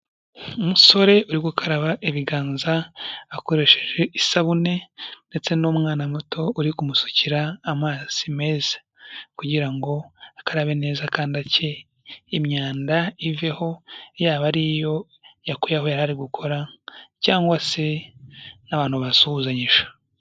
Umusore uri gukaraba ibiganza akoresheje isabune ndetse n'umwana muto uri kumusukira amazi meza kugira ngo akabe neza kandike imyanda iveho, yaba ariyo yakuye aho yari ari gukora cyangwa se n'abantu basuhuzanyije.